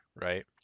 right